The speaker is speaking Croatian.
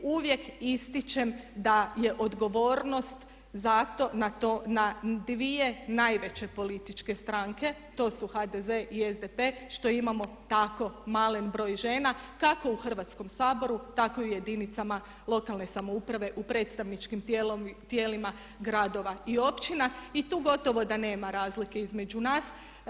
Uvijek ističem da je odgovornost zato na to na dvije najveće političke stranke, to su HDZ i SDP što imamo tako malen broj žena kako u Hrvatskom saboru tako i u jedinicama lokalne samouprave, u predstavničkim tijelima gradova i općina i tu gotovo da nema razlike između nas.